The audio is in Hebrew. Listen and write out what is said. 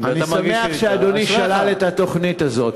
אני שמח שאדוני שלל את התוכנית הזאת.